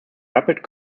rapid